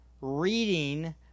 reading